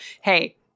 Hey